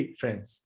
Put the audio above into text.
friends